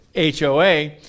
HOA